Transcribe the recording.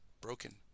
broken